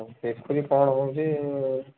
ହଉ ଦେଖିକି କ'ଣ ହେଉଛି